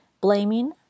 blaming